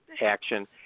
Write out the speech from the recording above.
action